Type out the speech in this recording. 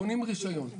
קונים רישיון.